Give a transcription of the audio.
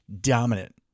dominant